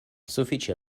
sufiĉe